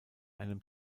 einem